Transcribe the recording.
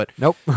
Nope